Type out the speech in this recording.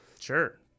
sure